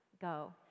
Go